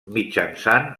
mitjançant